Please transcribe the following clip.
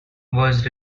was